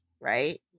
right